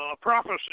prophecy